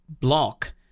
block